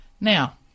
Now